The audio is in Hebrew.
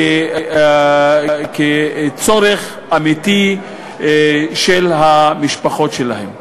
כצורך אמיתי של המשפחות שלהם.